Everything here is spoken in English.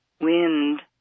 wind